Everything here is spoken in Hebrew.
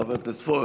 חבר הכנסת פורר,